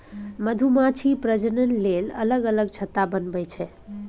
मधुमाछी प्रजनन लेल अलग अलग छत्ता बनबै छै